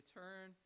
turn